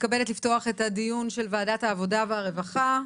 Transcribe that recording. מתכבדת לפתוח את הדיון של ועדת העבודה והרווחה.